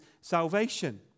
salvation